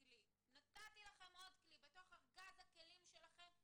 נתתי לכם עוד כלי לארגז הכלים שלכם.